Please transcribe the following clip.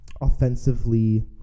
offensively